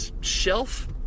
shelf